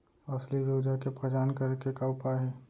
असली यूरिया के पहचान करे के का उपाय हे?